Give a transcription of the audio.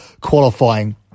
qualifying